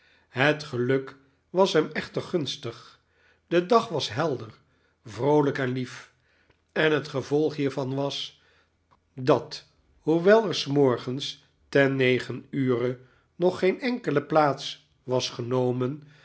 het geluk was hem echter gunstig de dag was helder vroolijk en lief en het gevolg hiervan was dat hoewel er s morgens ten negen ure nog geen enkele plaats was genomen